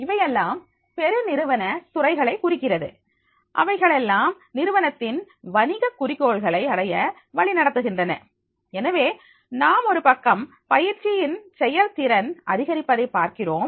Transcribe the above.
இவையெல்லாம் பெருநிறுவன துறைகளை குறிக்கிறது அவைகளெல்லாம் நிறுவனத்தின் வணிக குறிக்கோள்களை அடைய வழிநடத்துகின்றன எனவே நாம் ஒரு பக்கம் பயிற்சியின் செயல்திறன் அதிகரிப்பதை பார்க்கிறோம்